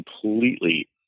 completely